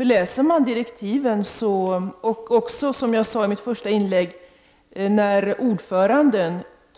När ordföranden, som jag sade i mitt första inlägg,